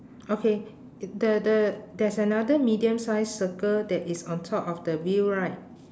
okay i~ the the there's another medium size circle that is on top of the wheel right